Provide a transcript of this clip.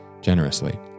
Generously